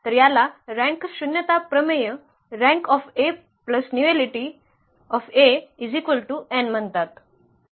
तर याला रँक शून्यता प्रमेय रँक न्युअलीटी n म्हणतात